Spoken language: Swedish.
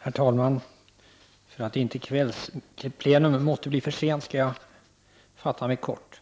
Herr talman! För att inte kvällsplenum skall bli så sent skall jag fatta mig kort.